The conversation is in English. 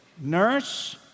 nurse